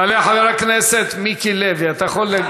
יעלה חבר הכנסת מיקי לוי, אתה יכול,